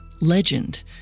legend